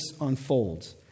unfolds